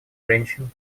женщин